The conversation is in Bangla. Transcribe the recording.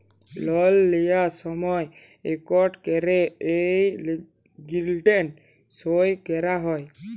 লল লিঁয়ার সময় ইকট ক্যরে এগ্রীমেল্ট সই ক্যরা হ্যয়